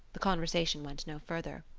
the conversation went no further.